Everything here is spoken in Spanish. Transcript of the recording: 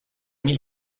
mil